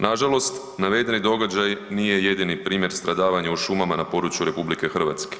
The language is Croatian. Nažalost, navedeni događaj nije jedini primjer stradavanja u šumama na području RH.